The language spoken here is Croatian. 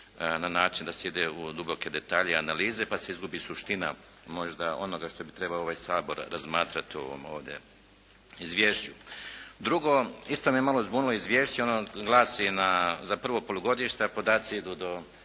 na način da se ide u duboke detalje i analize pa se izgubi suština možda onoga što bi trebao ovaj Sabor razmatrati ovdje u ovom Izvješću. Drugo. Isto me malo zbunilo Izvješće, ono glasi na, za prvo polugodište a podaci idu do